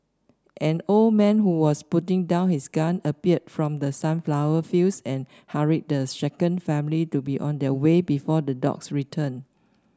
an old man who was putting down his gun appeared from the sunflower fields and hurried the shaken family to be on their way before the dogs return